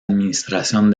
administración